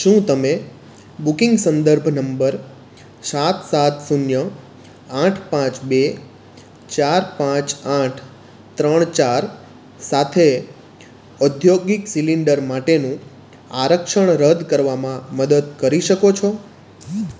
શું તમે બુકિંગ સંદર્ભ નંબર સાત સાત શૂન્ય આઠ પાંચ બે ચાર પાંચ આઠ ત્રણ ચાર સાથે ઔદ્યોગિક સિલિન્ડર માટેનું આરક્ષણ રદ કરવામાં મદદ કરી શકો છો